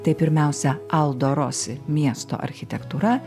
tai pirmiausia aldo rosi miesto architektūra